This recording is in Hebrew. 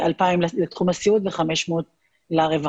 2,000 לתחום הסיעוד ו-500 לרווחה.